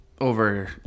over